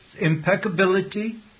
impeccability